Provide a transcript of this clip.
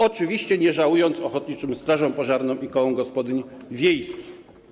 Oczywiście, nie żałując ochotniczym strażom pożarnym i kołom gospodyń wiejskich.